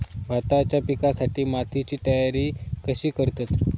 भाताच्या पिकासाठी मातीची तयारी कशी करतत?